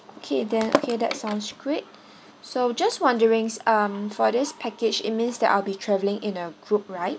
okay then okay that sounds great so just wondering um for this package it means that I'll be travelling in a group right